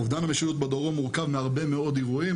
אובדן המשילות בדרום מורכב מהרבה מאוד אירועים,